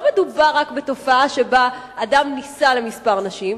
מדובר רק בתופעה שבה אדם נישא לכמה נשים,